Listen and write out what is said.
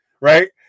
right